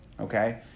okay